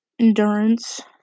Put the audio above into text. endurance